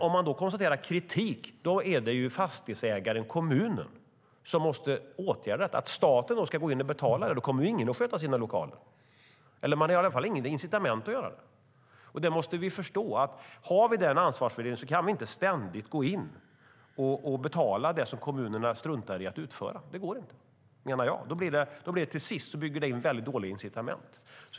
Om det då konstateras att det finns kritik är det fastighetsägaren, kommunen, som måste åtgärda bristerna. Om staten då ska gå in och betala det kommer ju ingen att sköta sina lokaler. Man har i alla fall inget incitament att göra det. Har vi denna ansvarsfördelning kan vi inte ständigt gå in och betala det som kommunerna struntar i att utföra. Det går inte, menar jag. Till sist bygger det in ett väldigt dåligt incitament.